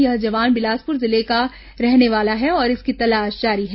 यह जवान बिलासपुर जिले का रहने वाला है और इसकी तलाश की जा रही है